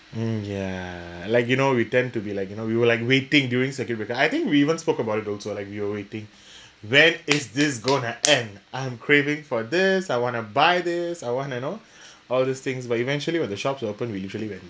mm ya like you know we tend to be like you know we were like waiting during circuit breaker I think we even spoke about it also like we were waiting when is this going to end I am craving for this I want to buy this I want you know all these things but eventually when the shops open we usually went